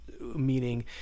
meaning